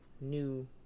new